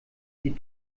die